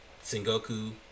Sengoku